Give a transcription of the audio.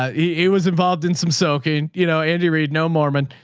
ah yeah he was involved in some soaking, you know, andy reed, no mormon.